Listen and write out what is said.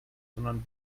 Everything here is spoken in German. sondern